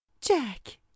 jack